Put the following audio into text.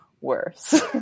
worse